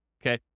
okay